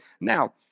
Now